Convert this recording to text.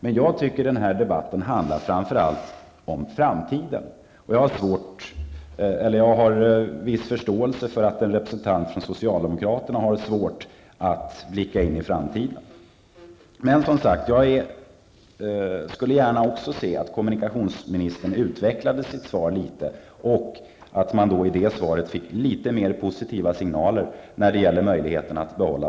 Men jag tycker att den här debatten framför allt handlar om framtiden. Jag har viss förståelse för att en representant för socialdemokraterna har svårt att blicka in i framtiden. Jag skulle gärna också se att kommunikationsministern utvecklade sitt svar litet, och att man i det tillägget fick litet mer positiva signaler beträffande möjligheten att behålla